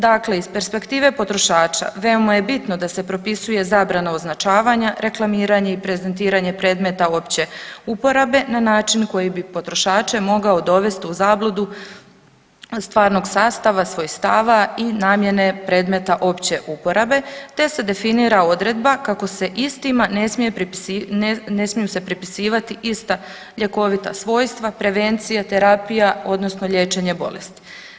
Dakle, iz perspektive potrošača veoma je bitno da se propisuje zabrana označavanja, reklamiranje i prezentiranje predmeta opće uporabe na način koji bi potrošače mogao dovesti u zabludu stvarnog sastava, svojstava i namjene predmeta opće uporabe te se definira odredba kako se istima ne smije, ne smiju se pripisivati ista ljekovita svojstva, prevencija, terapija odnosno liječenje bolesti.